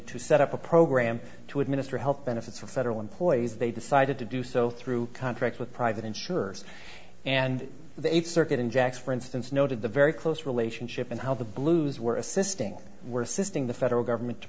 to set up a program to administer health benefits for federal employees they decided to do so through contracts with private insurers and the eighth circuit in jacks for instance noted the very close relationship and how the blues were assisting were assisting the federal government to